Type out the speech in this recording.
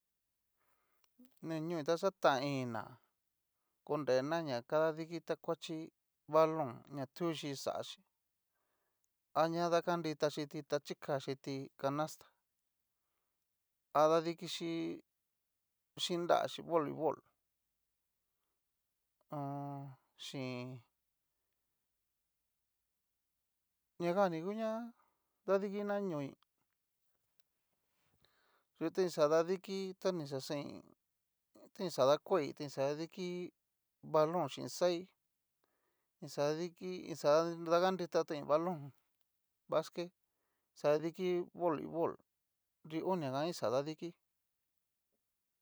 Ni ñoo'i ta xatan inina konrena na kadadiki ta kuachí balón na tuchí xachí, aña dakanrita xhiti ta chikachiti canastá a dadikixhi xhin nraxhi voleibol hon. xhin ña jan ni ngu ni nguña dadikina ñói yu ta ni xadadiki ta ni xaxain ta ni xa dakuaí ni xa dadiki balón chín xai ni xa daviki ni xa dadakanrita tain balón basquet ni xa dadiki voleibol nri onia jan ni xa dadiki.